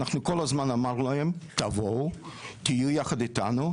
כל הזמן אמרנו להם תבואו, תהיו יחד איתנו.